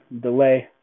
delay